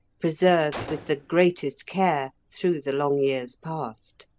preserved with the greatest care through the long years past.